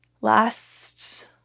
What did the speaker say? last